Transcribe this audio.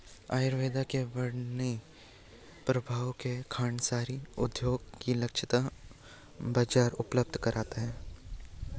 आयुर्वेद के बढ़ते प्रभाव ने खांडसारी उद्योग को लक्षित बाजार उपलब्ध कराया है